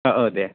औ औ दे